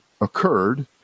occurred